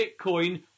Bitcoin